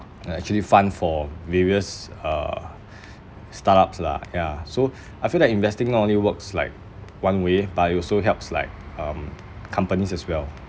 and actually fund for various uh startups lah ya so I feel like investing not only works like one way but it also helps like um companies as well